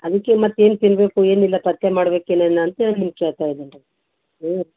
ಅದಕ್ಕೆ ಮತ್ತೆ ಏನು ತಿನ್ನಬೇಕು ಏನೆಲ್ಲ ಪತ್ತೆ ಮಾಡ್ಬೇಕು ಏನಾನು ಅಂತೇಳಿ ನಿಮ್ಗ್ ಕೇಳ್ತಾ ಇದೀನಿ ರೀ ಹ್ಞೂ